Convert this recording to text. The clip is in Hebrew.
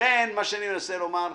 לכן, מה שאני מנסה לומר הוא: